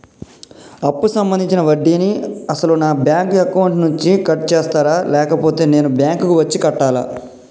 అప్పు సంబంధించిన వడ్డీని అసలు నా బ్యాంక్ అకౌంట్ నుంచి కట్ చేస్తారా లేకపోతే నేను బ్యాంకు వచ్చి కట్టాలా?